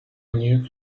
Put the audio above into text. new